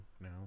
now